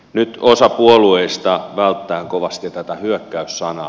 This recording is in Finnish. nyt osa puolueista välttää kovasti tätä hyökkäys sanaa